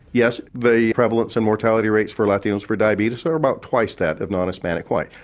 yes, the prevalence and mortality rates for latinos for diabetes are about twice that of non-hispanic whites.